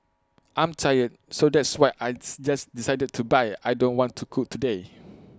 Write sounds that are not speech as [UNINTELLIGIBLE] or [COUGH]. I'm tired so that's why I [UNINTELLIGIBLE] just decided to buy IT I don't want to cook today